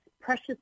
precious